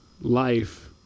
life